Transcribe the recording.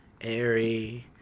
airy